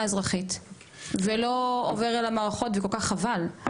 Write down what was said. האזרחית ולא עובר אל המערכות וזה כל כך חבל.